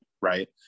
right